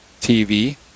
TV